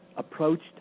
approached